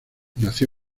nació